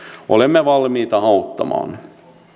olemme valmiita auttamaan